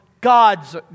God's